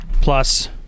Plus